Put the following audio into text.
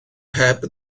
heb